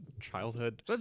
childhood